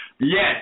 Yes